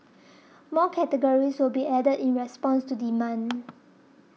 more categories will be added in response to demand